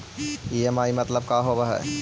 EMI मतलब का होब हइ?